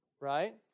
right